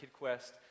KidQuest